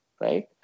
right